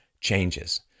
changes